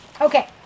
Okay